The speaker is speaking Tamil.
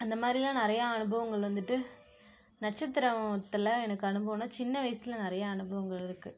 அந்த மாதிரில்லாம் நிறையா அனுபவங்கள் வந்துட்டு நட்சத்திரத்துல எனக்கு அனுபவம்னா சின்ன வயசில் நிறைய அனுபவங்கள் இருக்குது